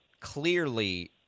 clearly